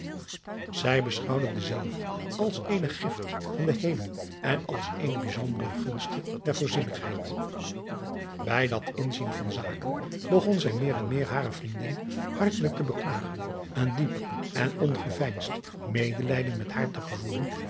ij beschouwde dezelve als eene gifte van den emel en als eene bijzondere gunste der oorzienigheid ij dat inzien driaan oosjes zn et leven van illegonda uisman van zaken begon zij meer en meer hare vriendin hartelijk te beklagen een diep en ongeveinsd medelijden met haar te gevoelen